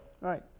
Right